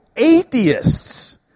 atheists